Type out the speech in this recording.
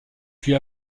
puis